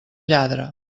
lladra